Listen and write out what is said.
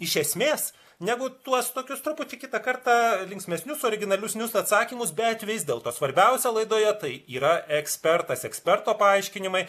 iš esmės negu tuos tokius truputį kitą kartą linksmesnius originalesnius atsakymus bet vis dėlto svarbiausia laidoje tai yra ekspertas eksperto paaiškinimai